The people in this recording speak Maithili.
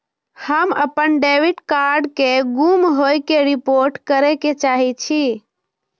हम अपन डेबिट कार्ड के गुम होय के रिपोर्ट करे के चाहि छी